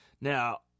Now